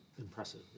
impressive